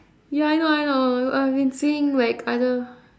ya I know I know I've been seeing like other